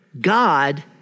God